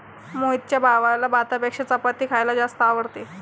मोहितच्या भावाला भातापेक्षा चपाती खायला जास्त आवडते